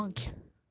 I see